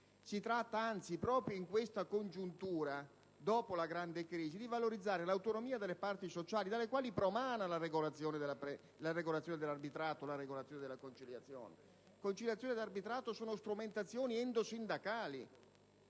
Si tratta anzi proprio in questa congiuntura, dopo la grande crisi, di valorizzare l'autonomia delle parti sociali dalle quali promana la regolazione dell'arbitrato e della conciliazione. Conciliazione e arbitrato sono strumentazioni endosindacali